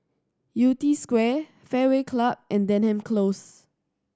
Yew Tee Square Fairway Club and Denham Close